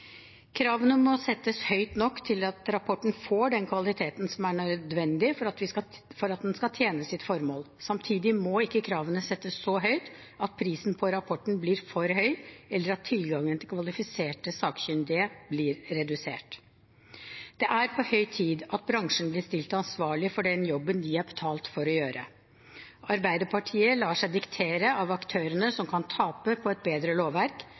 Kravene må settes høyt nok til at rapporten får den kvaliteten som er nødvendig for at den skal tjene sitt formål. Samtidig må ikke kravene settes så høyt at prisen på rapporten blir for høy, eller at tilgangen til kvalifiserte sakkyndige blir redusert. Det er på høy tid at bransjen blir stilt ansvarlig for den jobben de er betalt for å gjøre. Arbeiderpartiet lar seg diktere av aktørene som kan tape på et bedre lovverk,